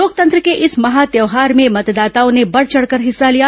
लोकतंत्र के इस महा त्यौहार में मतदाताओं ने बढ़ चढ़कर हिस्सा लिया